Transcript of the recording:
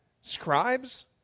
scribes